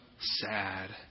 sad